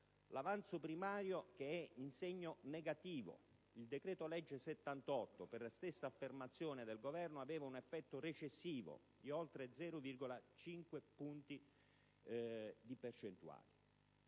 L'avanzo primario è di segno negativo; il decreto-legge n. 78, per la stessa affermazione del Governo, aveva un effetto recessivo di oltre 0,5 punti in termini percentuali.